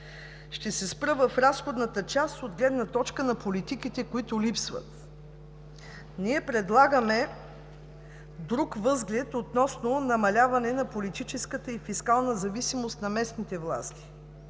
Ще се спра на разходната част от гледна точка на политиките, които липсват. Ние предлагаме друг възглед относно намаляване на политическата и фискалната зависимост на местните власти